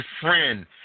friend